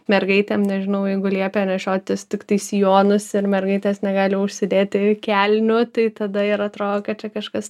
mergaitėm nežinau jeigu liepė nešiotis tiktai sijonus ir mergaitės negali užsidėti kelnių tai tada ir atrodo kad čia kažkas